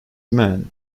man